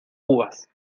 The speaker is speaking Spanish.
uvas